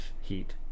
heat